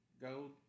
go